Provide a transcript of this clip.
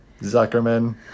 Zuckerman